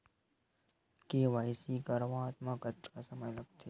KYC करवात म कतका समय लगथे?